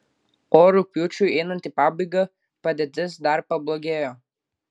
o rugpjūčiui einant į pabaigą padėtis dar pablogėjo